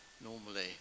normally